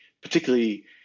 particularly